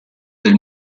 del